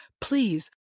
please